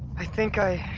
i think i.